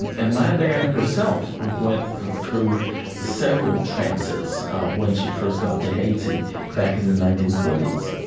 and and maya deren herself went through several trances when she first got to haiti back in the nineteen forty s.